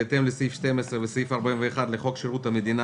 בהתאם לסעיף 12 וסעיף 41 לחוק שירות המדינה